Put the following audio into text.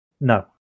No